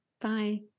Bye